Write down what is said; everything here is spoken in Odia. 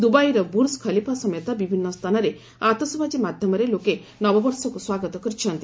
ଦୁବାଇର ବୁର୍ଜ ଖଲିଫା ସମେତ ବିଭିନ୍ନ ସ୍ଥାନରେ ଆତସବାଜୀ ମାଧ୍ୟମରେ ଲୋକେ ନବବର୍ଷକୁ ସ୍ୱାଗତ କରିଛନ୍ତି